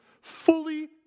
fully